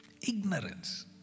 Ignorance